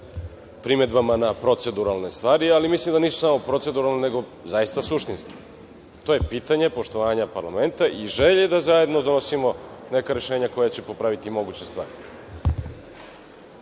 primedbama na proceduralne stvari, ali mislim da nisu samo proceduralne stvari, nego zaista suštinske. To je pitanje poštovanja parlamenta i želje da zajedno donosimo neka rešenja koja će popraviti moguće stvari. Zato